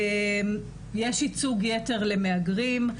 יש ייצוג יתר למהגרים.